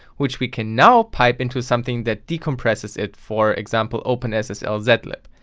which we can now pipe into something that decompresses it, for example openssl zlib.